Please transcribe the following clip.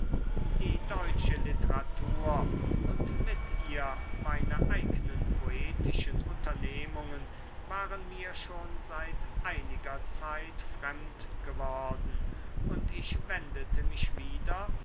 die deutsche literatur und mit ihr meine eignen poetischen unternehmungen waren mir schon seit einiger zeit fremd geworden und ich wendete mich wieder